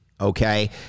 okay